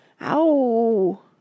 Ow